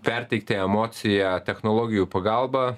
perteikti emociją technologijų pagalba